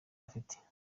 afite